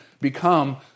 become